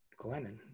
Glennon